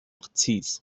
präzise